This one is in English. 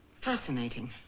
fascinating.